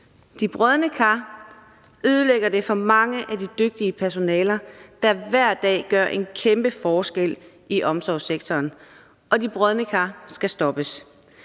De brodne kar ødelægger det for meget af det dygtige personale, der hver dag gør en kæmpe forskel i omsorgssektoren. Og de brodne kar skal stoppes.